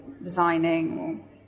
resigning